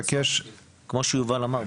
כמו שיובל אמר,